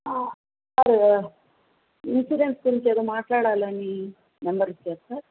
sir insurance గురించి ఏదో మాట్లాడాలని నెంబర్ ఇచ్చారు సార్